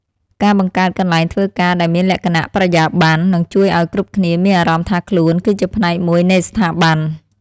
ការបង្កើតកន្លែងធ្វើការដែលមានលក្ខណៈបរិយាបន្ននឹងជួយឱ្យគ្រប់គ្នាមានអារម្មណ៍ថាខ្លួនគឺជាផ្នែកមួយនៃស្ថាប័ន។